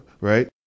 right